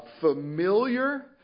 familiar